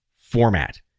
format